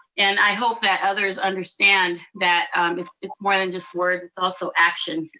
and i hope that others understand that it's it's more than just words, it's also action.